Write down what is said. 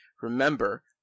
remember